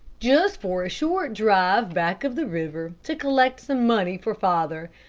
just for a short drive back of the river, to collect some money for father.